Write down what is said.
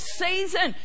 season